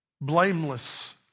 blameless